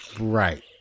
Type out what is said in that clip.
Right